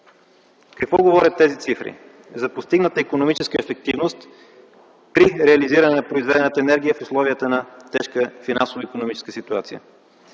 какво говорят тези цифри? За постигната икономическа ефективност при реализиране на произведената енергия в условията на тежка финансова и икономическа ситуация.